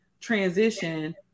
transition